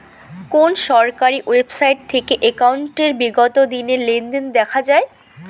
কোন সরকারি ওয়েবসাইট থেকে একাউন্টের বিগত দিনের লেনদেন দেখা যায়?